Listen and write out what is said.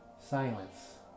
silence